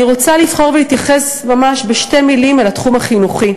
אני רוצה לבחור להתייחס ממש בשתי מילים לתחום החינוכי.